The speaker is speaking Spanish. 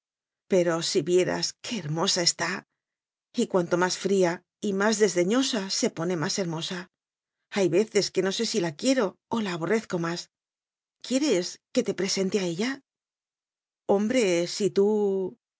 pero si vieras que hermosa está y cuanto más fría y más desdeñosa se pone más hermosa hay veces que no sé si la quiero o la aborrezco más quieres que te presente a ella hombre si tú